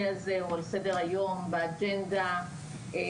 הזה הוא על סדר היום גם באג׳נדה שלהם,